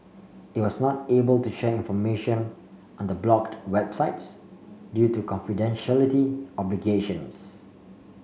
it was not able to share information on the blocked websites due to confidentiality obligations